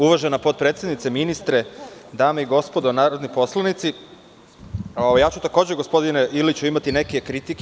Uvažena potpredsednice, ministre, dame i gospodo narodni poslanici, takođe ću, gospodine Iliću imati nekakve kritike.